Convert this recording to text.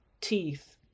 teeth